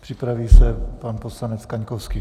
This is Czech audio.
Připraví se pan poslanec Kaňkovský.